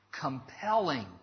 compelling